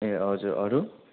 ए हजुर अरू